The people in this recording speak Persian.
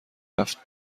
رفت